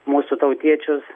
mūsų tautiečius